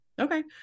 Okay